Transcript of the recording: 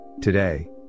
today